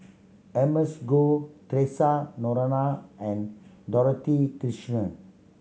Emma's Goh Theresa Noronha and Dorothy Krishnan